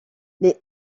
les